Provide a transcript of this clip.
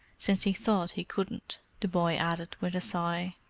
since he thought he couldn't, the boy added with a sigh.